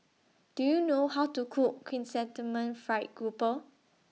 Do YOU know How to Cook Chrysanthemum Fried Grouper